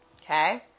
Okay